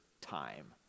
time